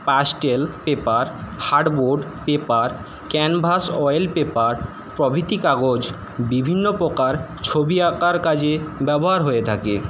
pastel paper hardboard paper canvas oil paper প্রভৃতি কাগজ বিভিন্ন প্রকার ছবি আঁকার কাজে ব্যবহার হয়ে থাকে